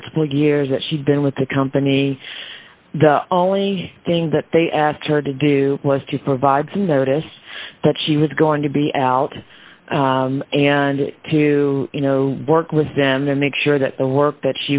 multiple years that she's been with the company the only thing that they asked her to do was to provide some notice that she was going to be out and to work with them to make sure that the work that